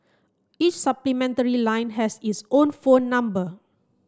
each supplementary line has its own phone number